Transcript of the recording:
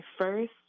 first